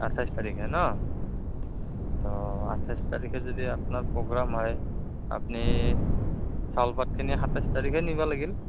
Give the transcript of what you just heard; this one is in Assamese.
আঠাইছ তাৰিখে ন ত' আঠাইছ তাৰিখে যদি আপোনাৰ প্ৰগ্ৰাম হয় আপুনি চাউলপাতখিনি সাতাইছ তাৰিখে নিব লাগিল